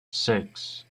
six